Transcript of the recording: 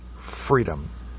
freedom